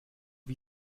wie